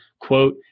quote